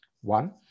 one